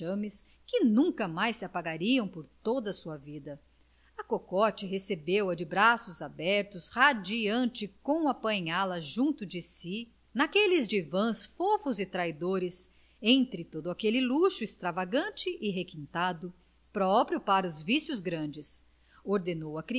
vexames que nunca mais se apagariam por toda a sua vida a cocote recebeu-a de braços abertos radiante com apanhá-la junto de si naqueles divãs fofos e traidores entre todo aquele luxo extravagante e requintado próprio para os vícios grandes ordenou